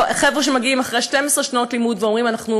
חבר'ה שמגיעים אחרי 12 שנות לימוד ואומרים: אנחנו